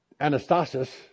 anastasis